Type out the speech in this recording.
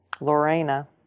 Lorena